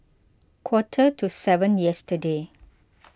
quarter to seven yesterday